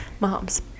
moms